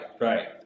right